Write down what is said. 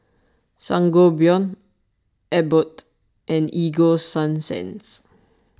Sangobion Abbott and Ego Sunsense